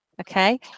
Okay